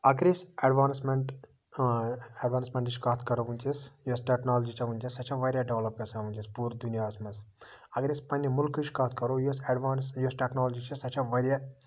اَگر أسۍ ایڈوانسٔمینٹ ایڈوانٔسمینٹٕچ کَتھ کرو وٕنکٮ۪س یۄس ٹٮ۪کنولجی چھےٚ ؤنکیٚس سۄ چھےٚ واریاہ ڈٮ۪ولَپ گژھان ؤنکیٚس پوٗرٕ دُنیاہَس منٛز اَگر أسۍ پَنٕنہِ مُلکٕچ کَتھ کرو یۄس اٮ۪ڈوانٔس یۄس ٹٮ۪کنولجی چھےٚ سۄ چھےٚ واریاہ